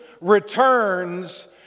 returns